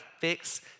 fix